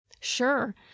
Sure